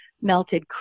melted